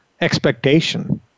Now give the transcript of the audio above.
expectation